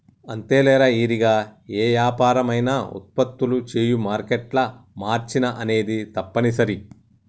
అంతేలేరా ఇరిగా ఏ యాపరం అయినా ఉత్పత్తులు చేయు మారేట్ల మార్చిన అనేది తప్పనిసరి